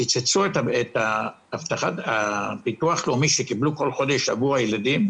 קיצצו את קצבת הביטוח הלאומי שקיבלו עבור הילדים